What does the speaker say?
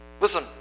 listen